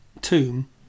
tomb